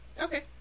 Okay